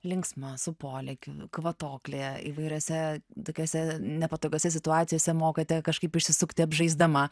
linksma su polėkiu kvatoklė įvairiose tokiose nepatogiose situacijose mokate kažkaip išsisukti apžaisdama